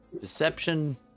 deception